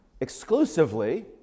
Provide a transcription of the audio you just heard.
exclusively